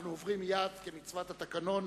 אנחנו עוברים מייד כמצוות התקנון